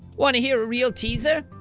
wanna hear a real teaser?